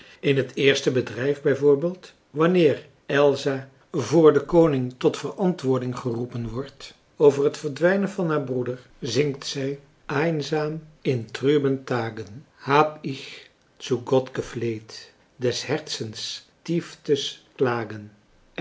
in het eerste bedrijf bijvoorbeeld wanneer elsa voor den koning tot verantwoording geroepen wordt over het verdwijnen van haar broeder zingt zij einsam in trüben tagen hab ich zu gott gefleht des herzens tiefstes